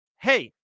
Hey